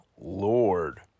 Lord